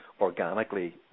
organically